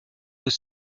aux